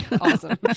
Awesome